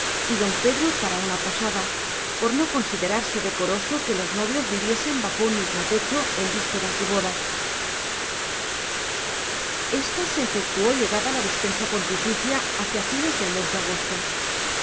y don pedro para una posada por no considerarse decoroso que los novios viviesen bajo un mismo techo en vísperas de boda ésta se efectuó llegada la dispensa pontificia hacia fines del mes de agosto